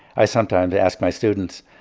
i sometimes ask my students,